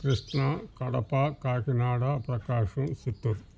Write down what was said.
Krishna Kadapa Kakinada Prakasam Chittoor